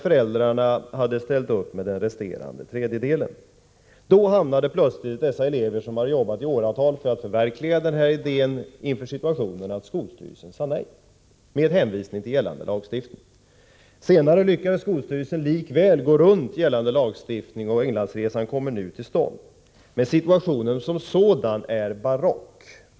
Föräldrarna hade ställt upp med den resterande tredjedelen. Då hamnade plötsligt dessa elever, som hade jobbat i åratal för att förverkliga denna idé, i den situationen att skolstyrelsen sade nej, med hänvisning till gällande lagstiftning. Senare lyckades skolstyrelsen likväl gå runt gällande lagstiftning, och Englandsresan kommer nu till stånd. Men situationen som sådan är barock.